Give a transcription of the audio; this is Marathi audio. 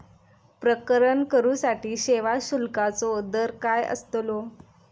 प्रकरण करूसाठी सेवा शुल्काचो दर काय अस्तलो?